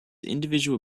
individual